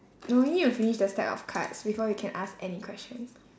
no you need to finish the stack of cards before you can ask any questions